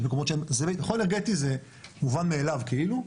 בטחון אנרגטי זה מובן מאליו כאילו,